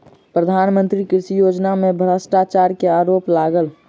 प्रधान मंत्री किसान योजना में भ्रष्टाचार के आरोप लागल